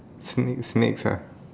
snake snakes ah